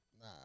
Nah